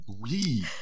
Oui